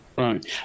Right